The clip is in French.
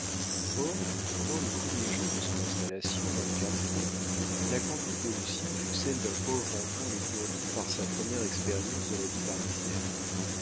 or pendant les premiers jours de son installation dans le quartier la conduite de lucien fut celle d'un pauvre enfant étourdi par sa première expérience de la vie parisienne